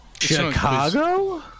Chicago